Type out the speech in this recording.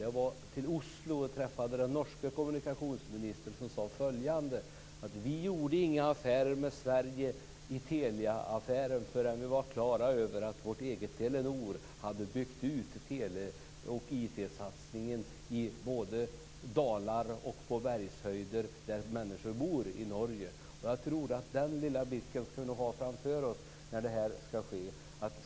Jag var i Oslo och träffade den norska kommunikationsministern som sade följande: Vi gjorde inga affärer med Sverige i Teliaaffären förrän vi var klara över att vårt eget Telenor hade byggt ut tele och IT satsningen i dalar och på bergshöjder där människor bor i Norge. Jag tror att vi skall ha det framför oss när detta skall ske.